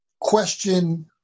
question